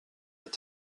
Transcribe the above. est